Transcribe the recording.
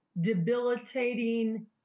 debilitating